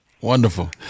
Wonderful